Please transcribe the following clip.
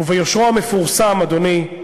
וביושרו המפורסם, אדוני,